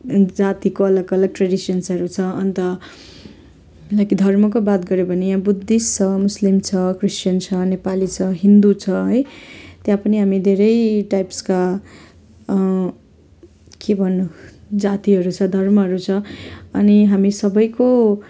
जातिको अलग अलग ट्रेडिसेन्सहरू छ अन्त लाइक धर्मको बात गर्यो भने यहाँ बुद्धिस्ट छ मुस्लिम छ क्रिस्चियन छ नेपाली छ हिन्दू छ है त्यहाँ पनि हामी धेरै टाइप्सका के भन्नु जातिहरू छ धर्महरू छ अनि हामी सबैको